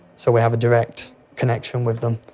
so we have a direct connection with them.